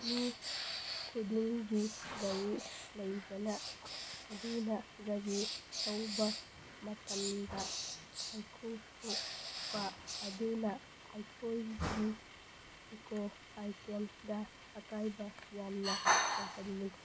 ꯃꯤ ꯈꯨꯗꯤꯡꯒꯤ ꯒꯥꯔꯤ ꯂꯩꯕꯅ ꯑꯗꯨꯅ ꯒꯥꯔꯤ ꯊꯧꯕ ꯃꯇꯝꯗ ꯃꯩꯈꯨ ꯊꯣꯛꯄ ꯑꯗꯨꯅ ꯑꯩꯈꯣꯏꯒꯤ ꯏꯀꯣꯁꯤꯁꯇꯦꯝꯗ ꯑꯀꯥꯏꯕ ꯌꯥꯝꯅ ꯑꯣꯏꯍꯜꯂꯤ